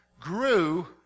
Grew